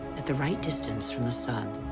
at the right distance from the sun,